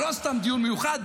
ולא סתם דיון מיוחד,